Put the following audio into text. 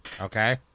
okay